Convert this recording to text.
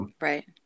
Right